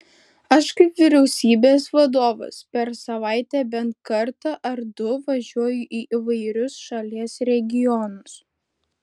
aš kaip vyriausybės vadovas per savaitę bent kartą ar du važiuoju į įvairius šalies regionus